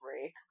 break